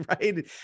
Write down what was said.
right